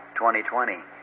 20-20